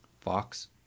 Fox